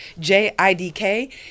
JIDK